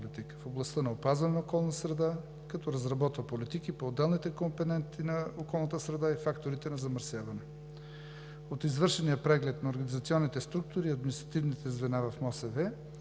в областта на опазване на околната среда, като разработва политики по отделните компоненти на околната среда и факторите на замърсяване. От извършения преглед на организационните структури и административните звена в МОСВ